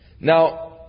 Now